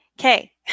Okay